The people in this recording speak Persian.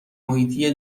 محیطی